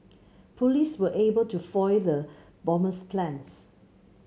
police were able to foil the bomber's plans